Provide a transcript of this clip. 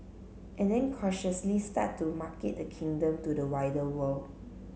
and then cautiously start to market the kingdom to the wider world